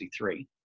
1963